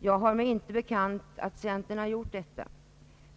Jag har mig inte bekant att centern har gjort detta.